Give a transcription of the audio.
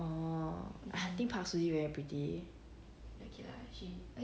orh I think park soo-jin very pretty